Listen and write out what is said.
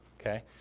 okay